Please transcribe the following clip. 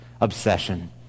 obsession